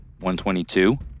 122